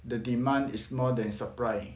the demand is more than supply